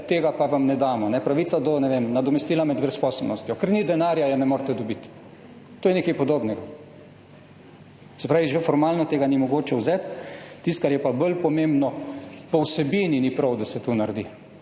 tega pa vam ne damo, pravice do, ne vem, nadomestila med brezposelnostjo, ker ni denarja, ne morete dobiti. To je nekaj podobnega. Se pravi, že formalno tega ni mogoče vzeti. Tisto, kar je pa bolj pomembno – po vsebini ni prav, da se to naredi.